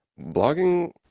Blogging